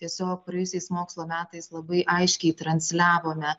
tiesiog praėjusiais mokslo metais labai aiškiai transliavome